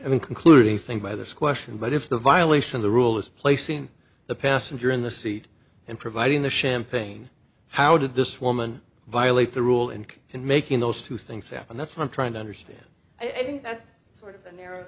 haven't concluded anything by this question but if the violation the rule is placing the passenger in the seat and providing the champagne how did this woman violate the rule and in making those two things happen that's why i'm trying to understand i think that's sort of a narrow